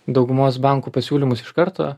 daugumos bankų pasiūlymus iš karto